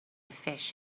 fish